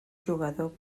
jugador